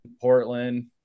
Portland